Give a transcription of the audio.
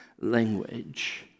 language